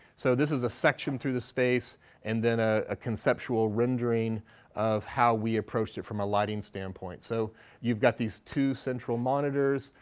so this is a section through the space and then ah a conceptual rendering of how we approached it from a lighting standpoint. so you've got these two central monitors,